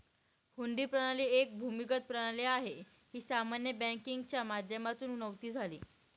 हुंडी प्रणाली एक भूमिगत प्रणाली आहे, ही सामान्य बँकिंगच्या माध्यमातून नव्हती झाली